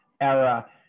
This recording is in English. era